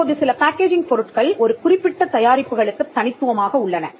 இப்போது சில பேக்கேஜிங் பொருட்கள் ஒரு குறிப்பிட்ட தயாரிப்புகளுக்குத் தனித்துவமாக உள்ளன